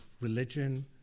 religion